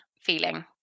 feeling